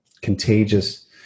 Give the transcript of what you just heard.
contagious